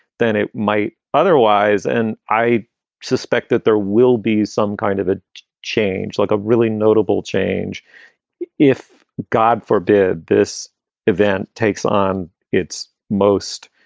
than it might otherwise and i suspect that there will be some kind of a change, like a really notable change if, god forbid, this event takes on its most,